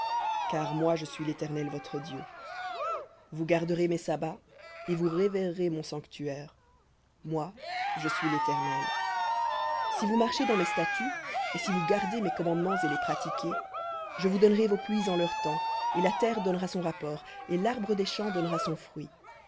car moi je suis l'éternel votre dieu vous garderez mes sabbats et vous révérerez mon sanctuaire moi je suis léternel si vous marchez dans mes statuts et si vous gardez mes commandements et les pratiquez je vous donnerai vos pluies en leur temps et la terre donnera son rapport et l'arbre des champs donnera son fruit